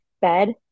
bed